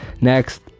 next